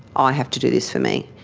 i have to do this for me,